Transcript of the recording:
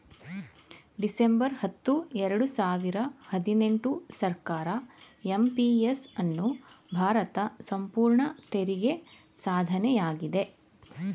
December ಹತ್ತು ಎರಡು ಸಾವಿರ ಹದಿನೆಂಟು ಸರ್ಕಾರ ಎಂ.ಪಿ.ಎಸ್ ಅನ್ನು ಭಾರತ ಸಂಪೂರ್ಣ ತೆರಿಗೆ ಸಾಧನೆಯಾಗಿದೆ